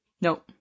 No